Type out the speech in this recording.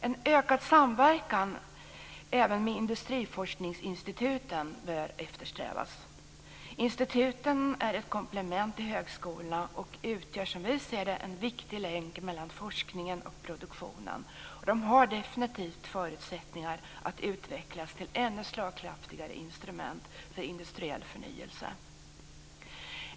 En ökad samverkan även med industriforskningsinstituten bör eftersträvas. Instituten är ett komplement till högskolorna och utgör, som vi ser det, en viktig länk mellan forskningen och produktionen. De har definitivt förutsättningar att utvecklas till ännu slagkraftigare instrument för industriell förnyelse.